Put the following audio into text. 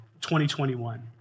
2021